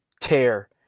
tear